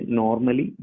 normally